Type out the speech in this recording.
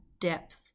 depth